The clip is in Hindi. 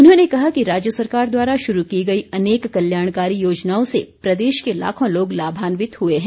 उन्होंने कहा कि राज्य सरकार द्वारा शुरू की गई अनेक कल्याणकारी योजनाओं से प्रदेश के लाखों लोग लभान्वित हुए हैं